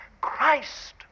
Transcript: Christ